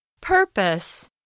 Purpose